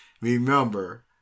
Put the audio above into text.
Remember